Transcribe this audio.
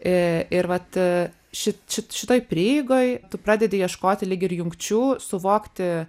i ir vat ši šit šitoj prieigoj tu pradedi ieškoti lyg ir jungčių suvokti